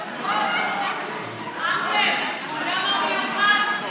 אתה יודע מה מיוחד?